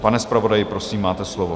Pane zpravodaji, prosím, máte slovo.